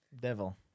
Devil